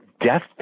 death